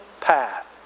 path